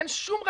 אין שום רציונל.